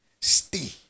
Stay